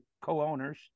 co-owners